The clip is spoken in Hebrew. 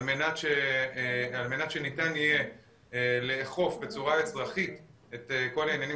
על מנת שניתן יהיה לאכוף בצורה אזרחית את כל העניינים